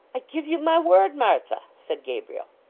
i give you my word, martha said gabriel.